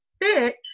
fit